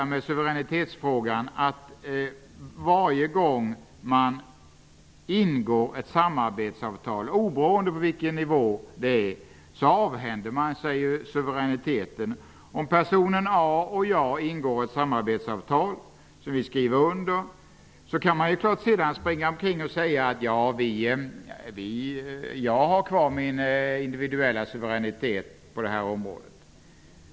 Varje gång man ingår ett samarbetsavtal, oberoende av på vilken nivå det gäller, avhänder man sig suveräniteten. Om personen A och jag ingår ett samarbetsavtal kan jag sedan säga att jag har kvar min individuella suveränitet.